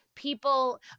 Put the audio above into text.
People